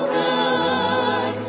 good